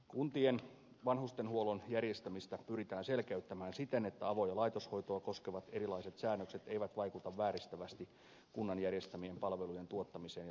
kuntien vanhustenhuollon järjestämistä pyritään selkeyttämään siten että avo ja laitoshoitoa koskevat erilaiset säännökset eivät vaikuta vääristävästi kunnan järjestämien palvelujen tuottamiseen ja saatavuuteen